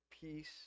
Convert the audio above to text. peace